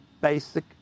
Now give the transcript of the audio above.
basic